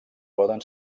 poden